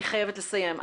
אני חייבת לסיים,